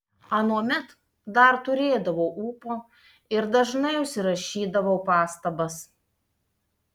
anuomet dar turėdavau ūpo ir dažnai užsirašydavau pastabas